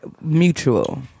mutual